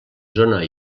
zona